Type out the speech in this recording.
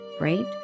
right